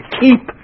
keep